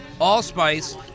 allspice